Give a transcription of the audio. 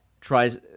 tries –